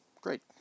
Great